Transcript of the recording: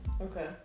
Okay